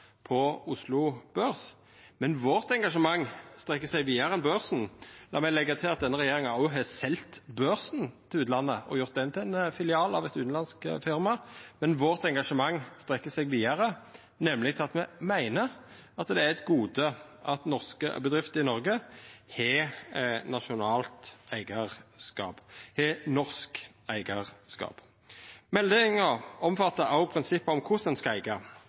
på Oslo Børs, men vårt engasjement strekkjer seg vidare enn børsen. La meg leggja til at denne regjeringa òg har selt børsen til utlandet og gjort han til ein filial av eit utanlandsk firma. Vårt engasjement strekkjer seg vidare; me meiner nemleg at det er eit gode at bedrifter i Noreg har nasjonalt eigarskap, har norsk eigarskap. Meldinga omfattar òg prinsippet om korleis ein skal eiga.